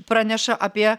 praneša apie